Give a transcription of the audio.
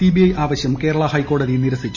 CBI ആവശ്യം കേരള ഹൈക്കോടതി നിരസിച്ചു